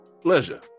pleasure